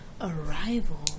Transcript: Arrival